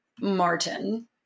Martin